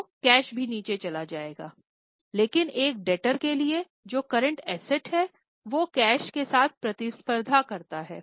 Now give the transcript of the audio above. तो यह प्लस 700 है